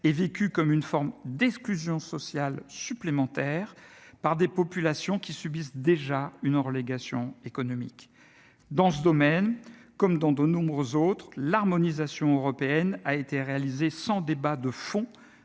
est vécu comme une forme d'exclusion sociale supplémentaire par des populations qui subissent déjà une relégation économique dans ce domaine, comme dans de nombreux autres l'harmonisation européenne a été réalisée sans débat de fond